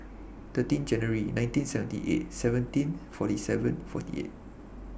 thirteen January nineteen seventy eight seventeen forty seven forty eight